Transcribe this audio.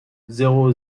zéro